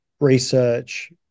research